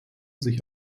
sich